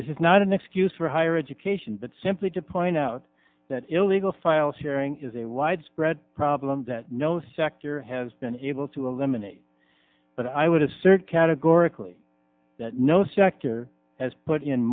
this is not an excuse for higher education but simply to point out that illegal file sharing is a widespread problem that no sector has been able to eliminate but i would assert categorically that no sector has put in